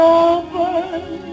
open